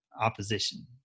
opposition